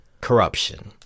corruption